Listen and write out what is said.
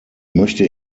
möchte